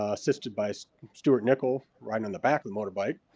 assisted by stuart nickel riding on the back of the motorbike.